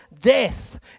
death